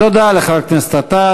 תודה לחבר הכנסת עטר.